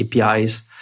APIs